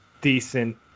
decent